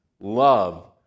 love